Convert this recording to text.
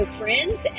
friends